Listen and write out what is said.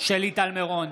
שלי טל מירון,